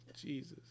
Jesus